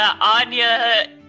Anya